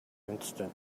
instant